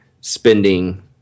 Spending